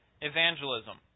evangelism